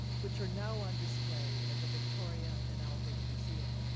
which are now on display at the victoria and albert museum.